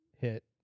hit